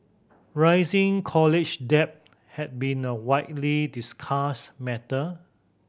rising college debt had been a widely discussed matter